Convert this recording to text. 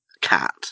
cat